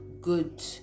good